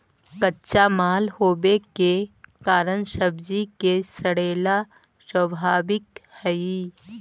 कच्चा माल होवे के कारण सब्जि के सड़ेला स्वाभाविक हइ